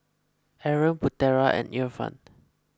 Aaron Putera and Irfan